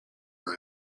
her